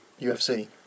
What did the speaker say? UFC